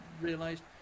realised